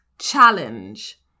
challenge